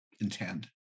intend